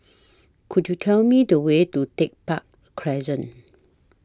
Could YOU Tell Me The Way to Tech Park Crescent